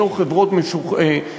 בתוך חברות משורשרות,